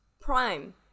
prime